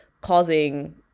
causing